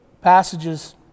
passages